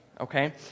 okay